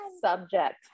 subject